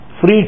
free